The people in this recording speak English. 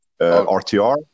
RTR